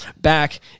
back